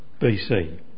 BC